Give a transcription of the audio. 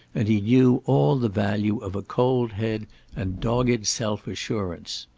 and he knew all the value of a cold head and dogged self-assurance.